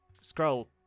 scroll